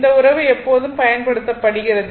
இந்த உறவு எப்போதும் பயன்படுத்தப்படுகிறது